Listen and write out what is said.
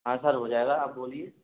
हाँ सर हो जाएगा आप बोलिए